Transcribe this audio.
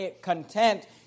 content